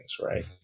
Right